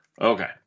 Okay